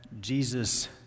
Jesus